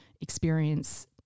experience